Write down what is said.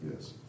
Yes